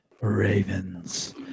Ravens